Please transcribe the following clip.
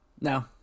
No